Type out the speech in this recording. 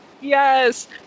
Yes